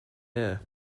air